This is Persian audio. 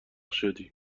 شدی